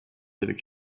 avec